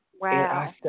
Wow